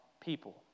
people